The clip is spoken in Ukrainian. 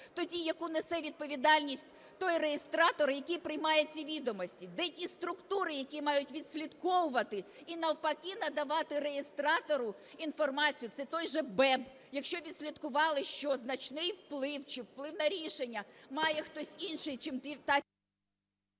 Тоді яку несе відповідальність той реєстратор, який приймає ці відомості? Де ті структури, які мають відслідковувати і, навпаки, надавати реєстратору інформацію? Це той же БЕБ. Якщо відслідкували, що значний вплив чи вплив на рішення має хтось інший, чим…